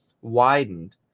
widened